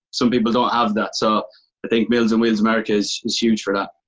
some people don't have that, so i think meals on wheels america is is huge for that.